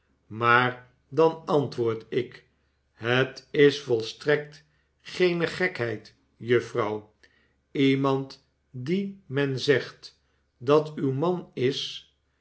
maar dan antwoord ik het is volstrekt geene gekheid juffrouw iemand dien men zegt dat uw man is